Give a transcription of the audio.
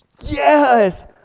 Yes